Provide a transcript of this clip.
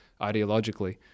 ideologically